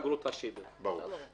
ברור.